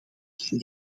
ten